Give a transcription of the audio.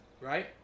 right